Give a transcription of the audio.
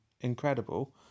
incredible